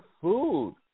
food